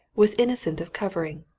was innocent of covering,